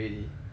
it's just that